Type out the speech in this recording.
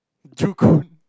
joo koon